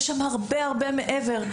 יש שם הרבה מעבר.